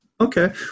Okay